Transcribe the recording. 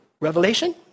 Revelation